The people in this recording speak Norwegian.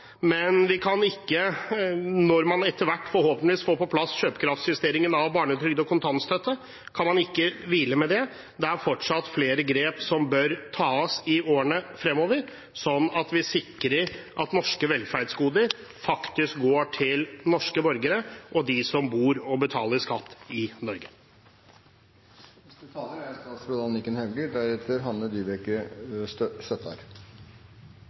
men vi kan ikke – når man etter hvert forhåpentligvis får på plass kjøpekraftsjusteringen av barnetrygd og kontantstøtte – hvile med dette. Det er fortsatt flere grep som bør tas i årene fremover, slik at vi sikrer at norske velferdsgoder faktisk går til norske borgere og til dem som bor i og betaler skatt til Norge. Som den framlagte meldingen viser, er